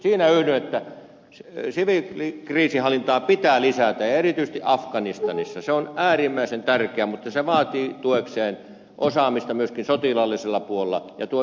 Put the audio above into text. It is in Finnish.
siinä yhdyn että siviilikriisinhallintaa pitää lisätä ja erityisesti afganistanissa se on äärimmäisen tärkeä mutta se vaatii tuekseen osaamista myöskin sotilaallisella puolella ja tuota yhteistoimintaa